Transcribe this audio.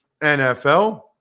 NFL